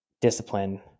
discipline